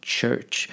Church